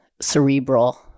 cerebral